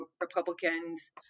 Republicans